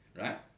right